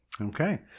Okay